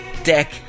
deck